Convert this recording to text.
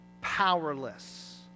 powerless